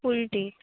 full tea